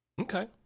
Okay